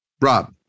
Rob